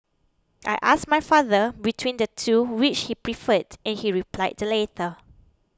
I asked my father between the two which he preferred and he replied the latter